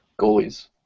goalies